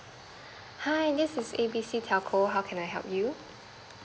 hi this is A B C telco how can I help you